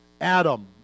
Adam